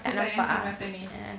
tak nampak ah ya